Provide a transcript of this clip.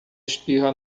espirra